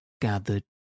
gathered